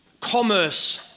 commerce